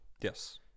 Yes